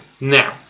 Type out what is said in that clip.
Now